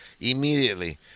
immediately